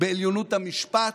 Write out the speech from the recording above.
בעליונות המשפט,